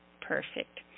Perfect